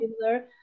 similar